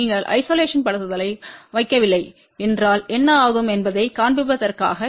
நீங்கள் ஐசோலேஷன் படுத்தலை வைக்கவில்லை என்றால் என்ன ஆகும் என்பதைக் காண்பிப்பதற்காக இது